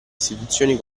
istituzioni